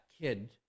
kid